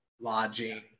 lodging